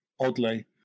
oddly